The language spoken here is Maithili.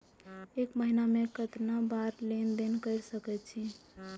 एक महीना में केतना बार लेन देन कर सके छी?